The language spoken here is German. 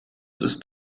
ist